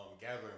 gathering